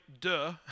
duh